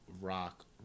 rock